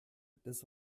des